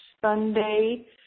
Sunday